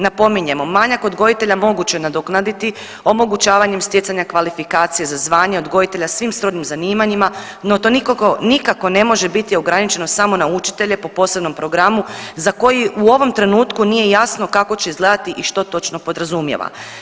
Napominjemo, manjak odgojitelja moguće je nadoknaditi omogućavanjem stjecanja kvalifikacije za zvanje odgojitelja svim srodnim zanimanjima, no to nikako, nikako ne može biti ograničeno samo na učitelje po posebnom programu za koji u ovom trenutku nije jasno kako će izgledati i što točno podrazumijeva.